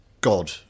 God